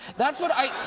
that's what i